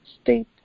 state